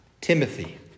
Timothy